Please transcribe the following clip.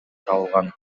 табылган